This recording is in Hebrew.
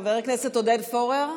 חבר הכנסת עודד פורר,